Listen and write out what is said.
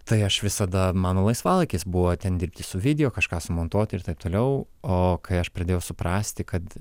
tai aš visada mano laisvalaikis buvo ten dirbti su video kažką sumontuoti ir taip toliau o kai aš pradėjau suprasti kad